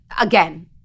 again